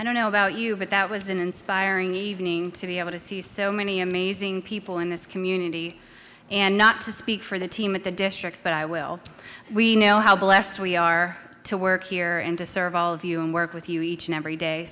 i don't know about you but that was an inspiring evening to be able to see so many amazing people in this community and not to speak for the team at the district but i will we know how blessed we are to work here and to serve all of you and work with you each and every day